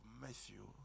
Matthew